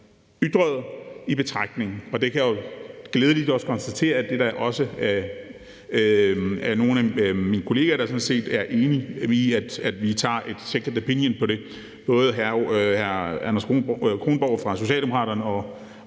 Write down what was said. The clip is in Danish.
ytret, i betragtning. Og jeg kan med glæde konstatere, at der også er nogle af mine kollegaer, der sådan set er enige i, at vi får en second opinion på det, nemlig hr. Anders Kronborg fra Socialdemokraterne og